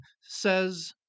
says